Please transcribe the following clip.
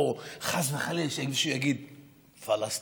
או חס וחלילה שמישהו יגיד "פלסטין".